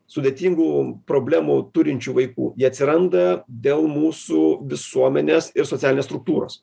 sudėtingų problemų turinčių vaikų jie atsiranda dėl mūsų visuomenės ir socialinės struktūros